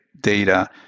data